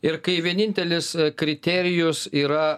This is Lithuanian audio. ir kai vienintelis kriterijus yra